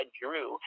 drew